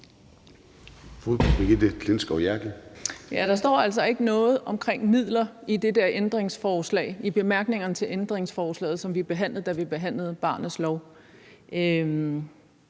Der står altså ikke noget om midler i bemærkningerne til ændringsforslaget, som vi behandlede, da vi behandlede barnets lov.